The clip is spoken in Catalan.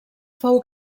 fou